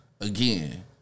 again